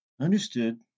Understood